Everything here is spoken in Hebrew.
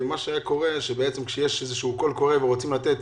מה שקורה זה שכשיש קול קורא ורוצים לתת